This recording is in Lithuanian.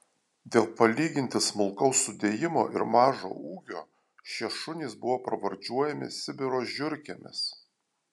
dėl palyginti smulkaus sudėjimo ir mažo ūgio šie šunys buvo pravardžiuojami sibiro žiurkėmis